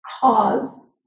cause